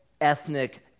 ethnic